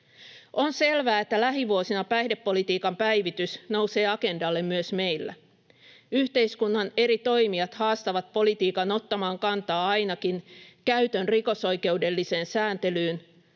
On selvää, että lähivuosina päihdepolitiikan päivitys nousee agendalle myös meillä. Yhteiskunnan eri toimijat haastavat politiikan ottamaan kantaa ainakin käytön rikosoikeudelliseen sääntelyyn,